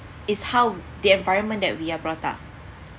it's how the environment that we are brought up